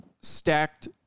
stacked